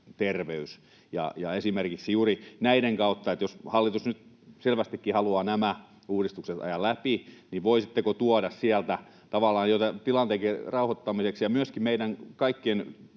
terveys. Ja esimerkiksi juuri näiden kautta... Kun hallitus nyt selvästikin haluaa nämä uudistukset ajaa läpi, niin voisitteko tuoda sieltä tavallaan jo tilanteen rauhoittamiseksi ja myöskin meidän kaikkien